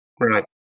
Right